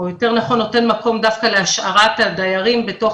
או יותר נכון נותן מקום דווקא להשארת הדיירים בתוך